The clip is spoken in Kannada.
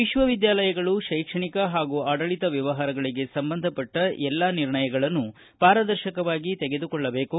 ವಿಶ್ವವಿದ್ಯಾಲಯಗಳು ಶೈಕ್ಷಣಿಕ ಪಾಗೂ ಆಡಳಿತ ವ್ಯವಹಾರಗಳಿಗೆ ಸಂಬಂಧಪಟ್ಟ ಎಲ್ಲಾ ನಿರ್ಣಯಗಳನ್ನು ಪಾರದರ್ಶಕವಾಗಿ ತೆಗೆದುಕೊಳ್ಳಬೇಕು